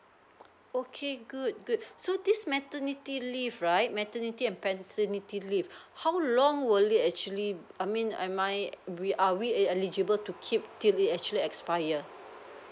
okay good good so this maternity leave right maternity and paternity leave how long will it actually I mean am I we are are we el~ eligible to keep til they actually expire